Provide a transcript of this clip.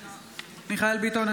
בעד מיכאל מרדכי ביטון,